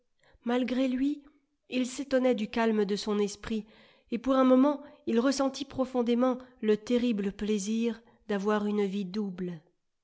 malgré lui il s'étonnait du calme de son esprit et pour un moment il ressentit profondément le terrible plaisir d'avoir une vie double